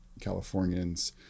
Californians